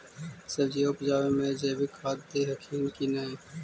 सब्जिया उपजाबे मे जैवीक खाद दे हखिन की नैय?